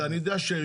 כאשר יש תב"ע שהיא